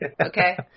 okay